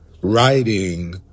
writing